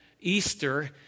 Easter